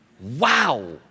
Wow